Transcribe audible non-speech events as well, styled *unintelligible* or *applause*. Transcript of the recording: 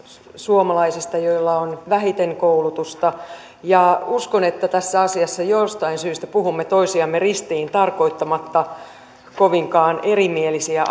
suomalaisista joilla on vähiten koulutusta ja uskon että tässä asiassa jostain syystä puhumme toisiamme ristiin tarkoittamatta kovinkaan erimielisiä *unintelligible*